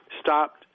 stopped